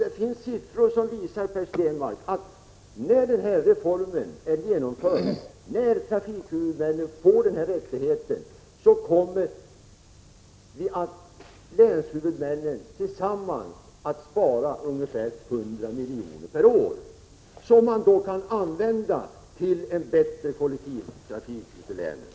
Det finns, Per Stenmarck, siffror som visar att när denna reform är genomförd och trafikhuvudmännen får denna rättighet kommer länshuvudmännen att tillsammans spara ungefär 100 miljoner per år, som man kan använda till en bättre kollektivtrafik ute i länen.